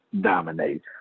dominate